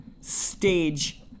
stage